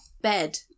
bed